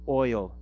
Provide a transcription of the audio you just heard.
oil